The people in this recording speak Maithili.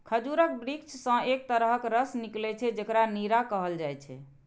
खजूरक वृक्ष सं एक तरहक रस निकलै छै, जेकरा नीरा कहल जाइ छै